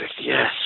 yes